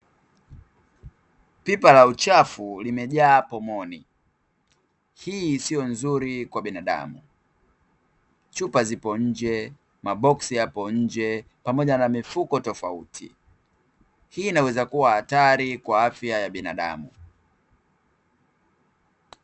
Pipa la uchafu limejaa pomoni. Hii sio nzuri kwa binadamu. Chupa zipo nje, maboksi yapo nje pamoja na mifuko tofauti. Hii inaweza kuwa hatari kwa afya ya binadamu.